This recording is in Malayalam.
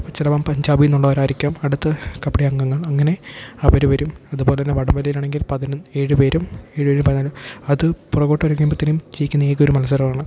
ചിലപ്പം പഞ്ചാബീന്നുള്ളവർ ആയിരിക്കാം അടുത്ത് കബഡി അംഗങ്ങൾ അങ്ങനെ അവർ വരും അതുപോലെ തന്നെ വടം വലിയിൽ ആണെങ്കിൽ പതിന് ഏഴ് പേരും ഏഴും ഏഴും പതിനാലും അത് പുറകോട്ട് വലിക്കുമ്പോഴ്ത്തേനും ജയിക്കുന്ന ഏക ഒരു മത്സരം ആണ്